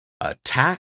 Attack